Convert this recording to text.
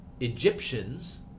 Egyptians